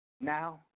now